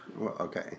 Okay